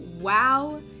Wow